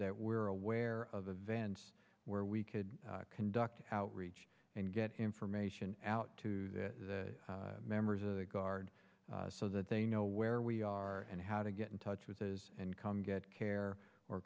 that we're aware of events where we could conduct outreach and get information out to members of the guard so that they know where we are and how to get in touch with his income get care or